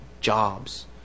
jobs